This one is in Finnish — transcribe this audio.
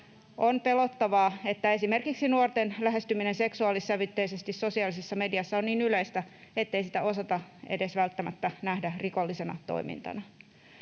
On pelottavaa, että esimerkiksi nuorten lähestyminen seksuaalissävytteisesti sosiaalisessa mediassa on niin yleistä, ettei sitä osata edes välttämättä nähdä rikollisena toimintana.